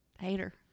Hater